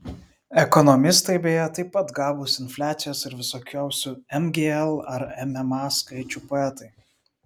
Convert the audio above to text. ekonomistai beje taip pat gabūs infliacijos ir visokiausių mgl ar mma skaičių poetai